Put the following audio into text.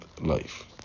life